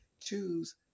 choose